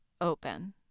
open